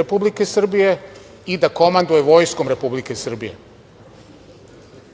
Republike Srbije i da komanduje Vojskom Republike Srbije. Mi